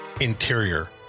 Interior